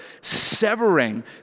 severing